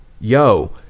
Yo